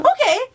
Okay